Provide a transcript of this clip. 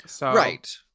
Right